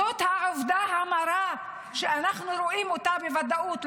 זאת העובדה המרה, אנחנו רואים אותה בוודאות.